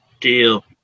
Deal